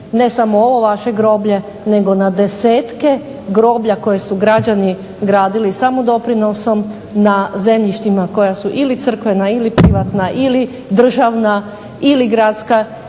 ne samo ovo vaše groblje nego na desetke groblja koja su građani gradili samo doprinosom na zemljištima koja su ili crkvena ili privatna ili državna ili gradska